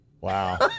Wow